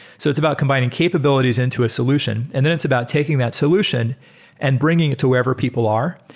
so it's about combining capabilities into a solution and then it's about taking that solution and bringing it to wherever people are.